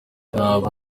nkaba